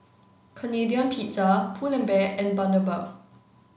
Canadian Pizza Pull and Bear and Bundaberg